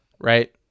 Right